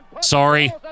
sorry